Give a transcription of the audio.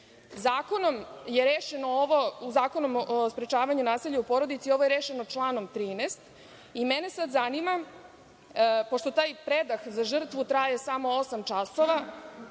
da žrtva predahne. Zakonom o sprečavanju nasilja u porodici ovo je rešeno članom 13. Mene sada zanima, pošto taj predah za žrtvu traje samo osam časova,